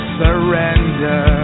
surrender